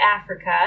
Africa